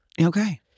Okay